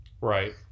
Right